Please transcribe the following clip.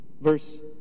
Verse